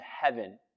heaven